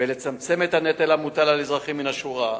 ולצמצם את הנטל המוטל על אזרחים מהשורה,